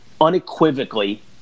unequivocally